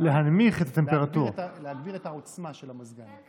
זה מאסר במעשיהו לבנט ולפיד ולכל שרי הממשלה.